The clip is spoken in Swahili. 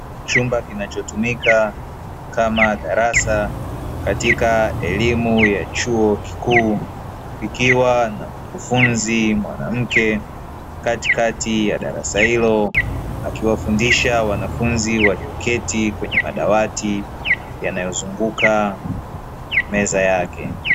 Chumba kinachotumika kama darasa katika elimu ya chuo kikuu, kikiwa na mkufunzi mwanamke katikati ya darasa hilo, akiwafundisha wanafunzi waliyoketi kwenye madawati, yanayozunguka meza yake.